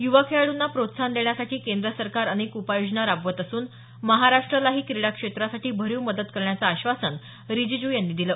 युवा खेळाडूंना प्रोत्साहन देण्यासाठी केंद्र सरकार अनेक उपाययोजना राबवत असून महाराष्ट्रालाही क्रीडा क्षेत्रासाठी भरीव मदत करण्याचं आश्वासन रीजीजू यांनी दिलं